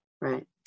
Right